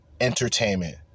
entertainment